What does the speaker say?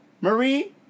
Marie